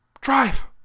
Drive